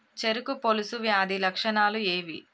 చెరుకు పొలుసు వ్యాధి లక్షణాలు ఏవి?